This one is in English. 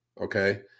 okay